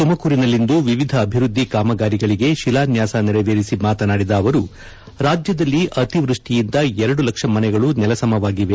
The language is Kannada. ತುಮಕೂರಿನಲ್ಲಿಂದು ವಿವಿಧ ಅಭಿವೃದ್ದಿ ಕಾಮಗಾರಿಗಳಿಗೆ ಶಿಲಾನ್ಯಾಸ ನೆರವೇರಿಸಿ ಮಾತನಾಡಿದ ಅವರು ರಾಜ್ಯದಲ್ಲಿ ಅತಿವೃಷ್ಠಿಯಿಂದ ಎರಡು ಲಕ್ಷ ಮನೆಗಳು ನೆಲಸಮವಾಗಿವೆ